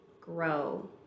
grow